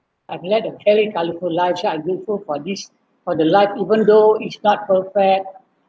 I've lived a very colorful life so I grateful for these for the life even though it's not perfect